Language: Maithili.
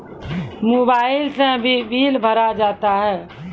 मोबाइल से भी बिल भरा जाता हैं?